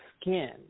skin